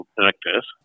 Directors